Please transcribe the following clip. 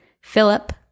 Philip